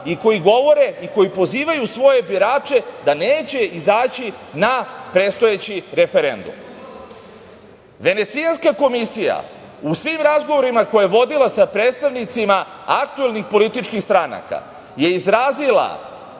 i koji govore, i koji pozivaju svoje birače da neće izaći na predstojeći referendum. Venecijanska komisija u svim razgovorima koje je vodila sa predstavnicima aktuelnih političkih stranaka je izrazila